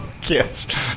Kids